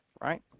right